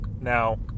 now